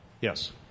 Yes